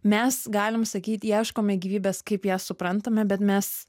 mes galim sakyt ieškome gyvybės kaip ją suprantame bet mes